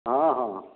ହଁ ହଁ